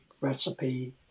recipe